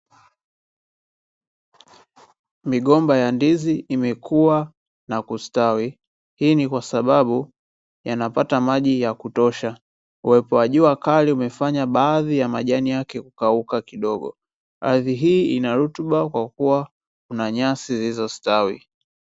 Migomba ya ndizi imekuwa na kustawi, hii ni kwasababu yanapata maji ya kutosha. Uwepo wa jua kali umefanya baadhi ya majani yake kukauka kidogo, ardhi hii ina rutuba kwa kuwa kuna nyasi zilizostawi.